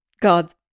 God